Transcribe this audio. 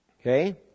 Okay